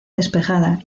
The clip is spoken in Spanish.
despejada